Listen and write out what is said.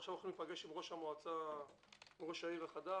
עכשיו אנחנו הולכים להיפגש עם ראש העיר החדש-ישן.